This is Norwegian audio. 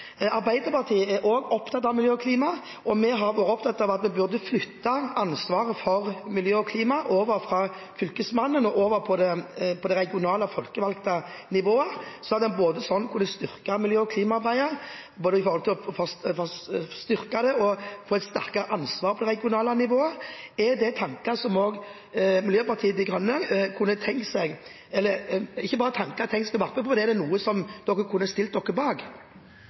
Arbeiderpartiet er også opptatt av miljø og klima, og vi har vært opptatt av at vi burde flytte ansvaret for miljø og klima fra Fylkesmannen og over til det regionale folkevalgte nivået. Da hadde en både styrket miljø- og klimaarbeidet og fått et sterkere ansvar for det på det regionale nivået. Er det tanker som Miljøpartiet De Grønne kunne stille seg bak? Det framgikk svært langt på vei av mitt innlegg at dette definitivt er tanker som vi stiller oss bak.